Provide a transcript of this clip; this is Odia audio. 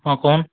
ହଁ କହୁନ୍